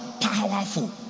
powerful